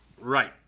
Right